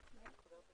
הייזלר.